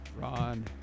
Ron